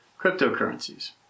cryptocurrencies